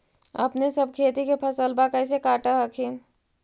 अपने सब खेती के फसलबा कैसे काट हखिन?